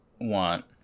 want